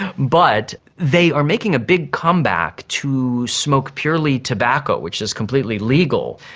but they are making a big comeback to smoke purely tobacco, which is completely legal.